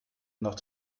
noch